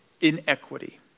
inequity